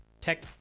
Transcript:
tech